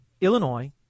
Illinois